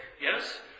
Yes